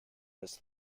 must